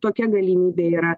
tokia galimybė yra